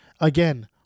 Again